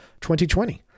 2020